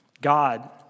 God